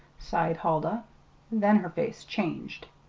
sighed huldah then her face changed.